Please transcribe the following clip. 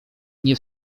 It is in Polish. nie